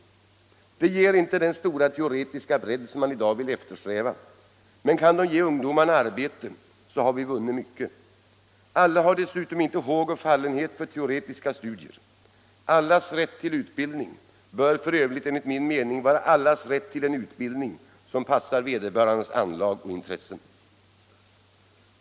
De ger visserligen inte den stora teoretiska bredd som man i dag vill eftersträva, men kan de ge ungdomarna arbete, har vi vunnit mycket. Alla har dessutom inte håg och fallenhet för teoretiska studier. Allas rätt till utbildning bör f. ö. enligt min mening vara allas rätt till en utbildning som passar vederbörandes anlag och intressen.